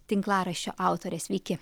tinklaraščio autorė sveiki